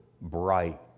bright